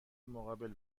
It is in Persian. مقابل